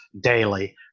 daily